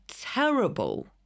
terrible